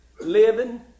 living